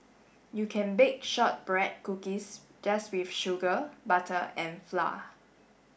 you can bake shortbread cookies just with sugar butter and flour